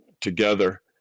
together